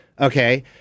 Okay